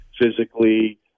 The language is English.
physically